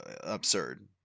absurd